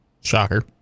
Shocker